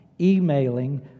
emailing